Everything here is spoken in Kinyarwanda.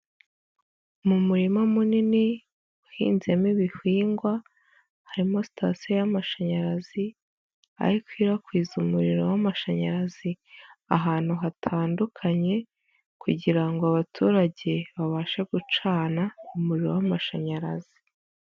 Mu murima munini ,uhinzemo ibihingwa, harimo sitasiyo y'amashanyarazi ,akwirakwiza umuriro w'amashanyarazi ahantu hatandukanye ,kugirango abaturage babashe gucana umuriro w'amashanyarazi.